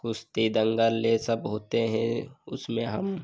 कुश्ती दंगल यह सब होते हैं उसमें हम